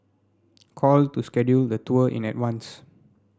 call to schedule the tour in advance